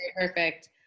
Perfect